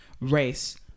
race